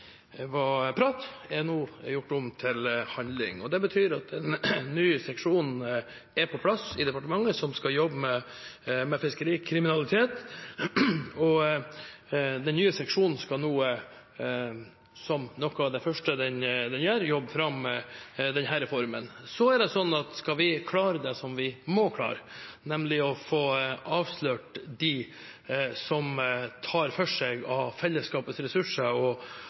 er nå gjort om til handling. Det betyr at en ny seksjon, som skal jobbe med fiskerikriminalitet, er på plass i departementet Den nye seksjonen skal nå, som noe av det første den gjør, jobbe fram denne reformen. Så er det slik at skal vi klare det som vi må klare, nemlig å få avslørt dem som tar for seg av fellesskapets ressurser og